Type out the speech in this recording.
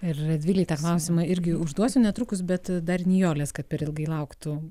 ir dvyliktą klausimą irgi užduosiu netrukus bet dar nijolės kad per ilgai lauktų